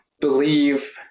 believe